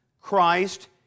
Christ